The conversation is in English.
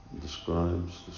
describes